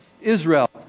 Israel